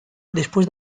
después